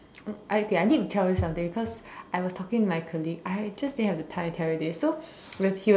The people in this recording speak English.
okay I need to tell you something cause I was talking to my colleague I just didn't have the time to tell you tell this so when he was